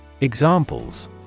Examples